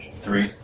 Three